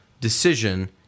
decision